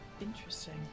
Interesting